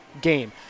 game